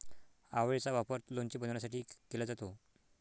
आवळेचा वापर लोणचे बनवण्यासाठी केला जातो